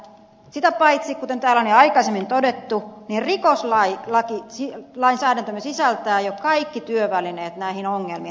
sitä paitsi kuten täällä on jo aikaisemmin todettu rikoslainsäädäntömme sisältää jo kaikki työvälineet näihin ongelmiin